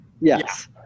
Yes